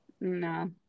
No